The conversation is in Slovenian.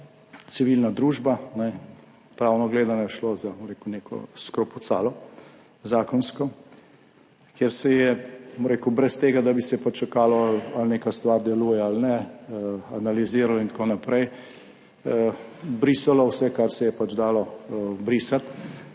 civilna družba, pravno gledano je šlo za, bom rekel, neko zakonsko skrpucalo, kjer se je brez tega, da bi se pa čakalo, ali neka stvar deluje ali ne, analiziralo in tako naprej, brisalo vse, kar se je pač dalo brisati,